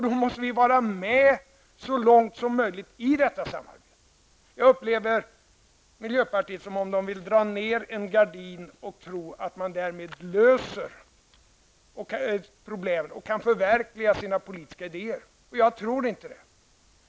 Då måste vi vara med så långt som möjligt i det samarbetet. Jag upplever det som om miljöpartiet ville dra ner gardiner och tro att man därmed löser problemen och kan förverkliga sina politiska idéer. Jag tror inte det.